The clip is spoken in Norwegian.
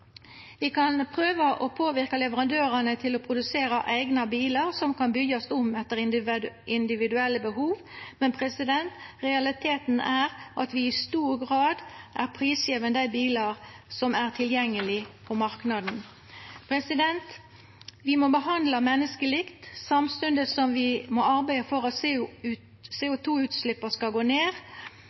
Vi kan prøva å påverka leverandørane til å produsera eigna bilar som kan byggjast om etter individuelle behov, men realiteten er at vi i stor grad er prisgjevne dei bilane som er tilgjengelege på marknaden. Vi må behandla menneske likt samstundes som vi må arbeida for at CO 2 -utsleppa skal gå ned.